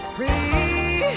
Free